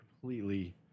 completely